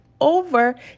over